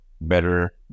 better